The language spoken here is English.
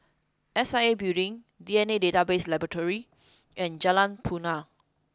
S I A Building D N A Database Laboratory and Jalan Punai